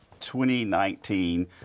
2019